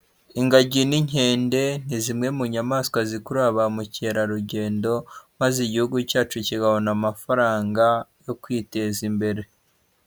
Ingagi n'inkende ni zimwe mu nyamaswa zikurura ba mukerarugendo, maze igihugu cyacu kigabona amafaranga yo kwiteza imbere.